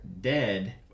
dead